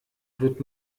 wird